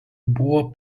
buvo